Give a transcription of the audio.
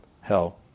hell